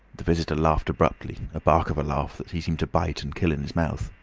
the visitor laughed abruptly, a bark of a laugh that he seemed to bite and kill in his mouth.